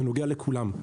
זה נוגע לכולם.